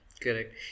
Correct